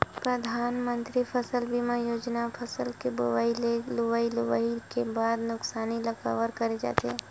परधानमंतरी फसल बीमा योजना म फसल के बोवई ले लुवई अउ लुवई के बाद के नुकसानी ल कभर करे जाथे